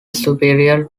superior